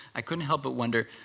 i couldn't help but wonder